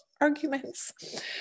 arguments